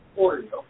Oreo